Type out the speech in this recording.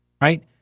right